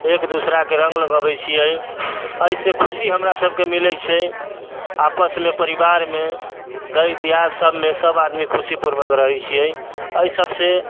एक दोसराके रङ्ग लगबै छिए एहिसँ खुशी हमरा सबके मिलै छै आपसमे परिवारमे दर दियाद सबमे आदमी खुशीपूर्वक रहै छिए एहि सबसँ